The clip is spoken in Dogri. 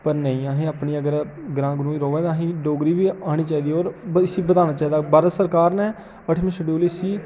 पर नेईं असें अपनी अगर ग्रां ग्राईं लोक आं ते असें ई डोगरी गै औनी चाहिदी और भविक्ख बनाना चाहिदा भारत सरकार ने अठमें शड्यूल च इसी